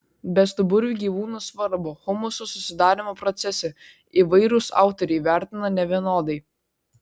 bestuburių gyvūnų svarbą humuso susidarymo procese įvairūs autoriai vertina nevienodai